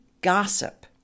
gossip